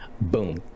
boom